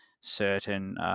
certain